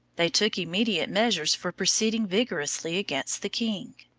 they took immediate measures for proceeding vigorously against the king.